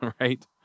right